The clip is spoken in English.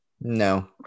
no